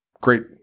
great